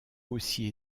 aussi